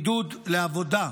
עידוד לעבודה,